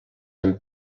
amb